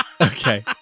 Okay